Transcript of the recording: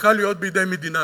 צריכה להיות בידי מדינה.